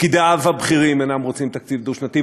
ופקידיו הבכירים אינם רוצים תקציב דו-שנתי,